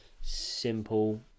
Simple